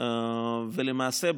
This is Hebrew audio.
למעשה,